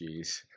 jeez